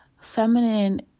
feminine